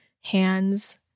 hands